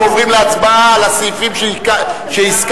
אנחנו עוברים להצבעה על הסעיפים שהזכרתי,